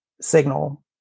signal